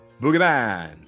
Boogeyman